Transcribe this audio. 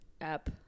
app